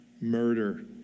murder